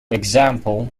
example